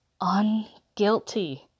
Unguilty